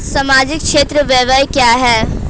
सामाजिक क्षेत्र व्यय क्या है?